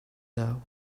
now